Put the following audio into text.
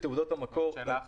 זאת שאלה אחרת.